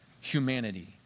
humanity